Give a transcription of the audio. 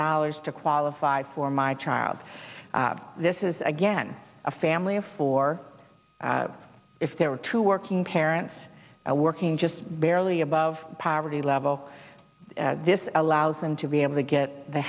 dollars to qualify for my child this is again a family of four if there are two working parents a working just barely above poverty level this allows them to be able to get the